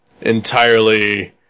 entirely